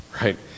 right